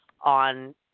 on